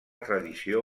tradició